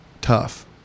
tough